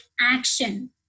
action